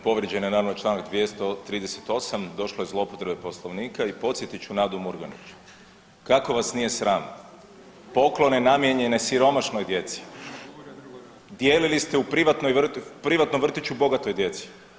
Povrijeđen je naravno Članka 238., došlo je do zloupotrebe Poslovnika i podsjetit ću Nadu Murganić, kako vas nije sram poklone namijenjene siromašnoj djeci dijelili ste u privatnom vrtiću bogatoj djeci.